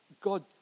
God